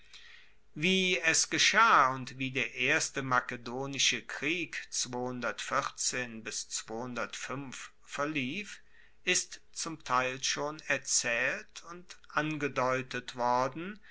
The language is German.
wie es geschah und wie der erste makedonische krieg verlief ist zum teil schon erzaehlt und angedeutet worden